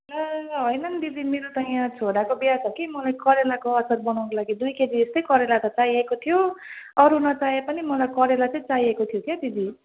ला होइन नि दिदी मेरो त यहाँ छोराको बिहा छ कि मलाई करेलाको अचार बनाउनुको लागि दुई केजी यस्तै करेला त चाहिएको थियो अरू नचाहिए पनि मलाई करेला चाहिँ चाहिएको थियो क्या दिदी